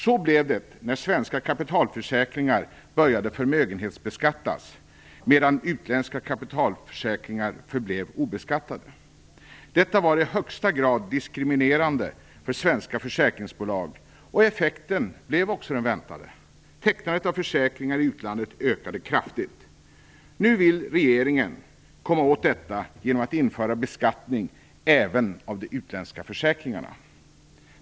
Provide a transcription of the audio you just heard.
Så blev det när svenska kapitalförsäkringar började förmögenhetsbeskattas, medan utländska kapitalförsäkringar förblev obeskattade. Detta var i högsta grad diskriminerande för svenska försäkringsbolag, och effekten blev också den väntade: Tecknandet av försäkringar i utlandet ökade kraftigt. Nu vill regeringen komma åt detta genom att införa beskattning även av de utländska försäkringarna.